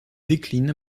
décline